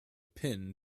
pin